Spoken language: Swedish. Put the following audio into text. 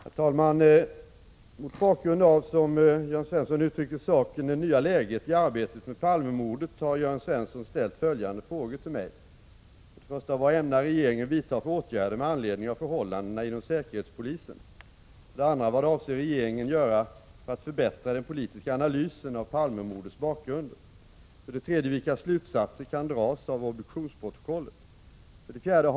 Herr talman! Mot bakgrund av — som Jörn Svensson uttrycker saken — det nya läget i arbetet med Palme-mordet, har Jörn Svensson ställt följande frågor till mig: Palme-mordets bakgrunder? 3. Vilka slutsatser kan dras av obduktionsprotokollet? 4.